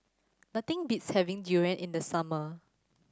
nothing beats having durian in the summer